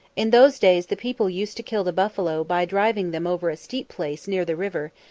in those days the people used to kill the buffalo by driving them over a steep place near the river,